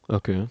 okay